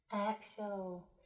Exhale